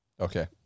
Okay